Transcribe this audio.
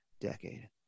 decade